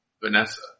Vanessa